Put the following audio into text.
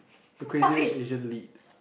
the Crazy Rich Asian lead